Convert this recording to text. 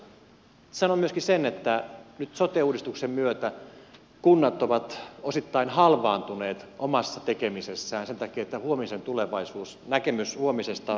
sanon myöskin sen että nyt sote uudistuksen myötä kunnat ovat osittain halvaantuneet omassa tekemisessään sen takia että huomisen tulevaisuus näkemys huomisesta on epäselvä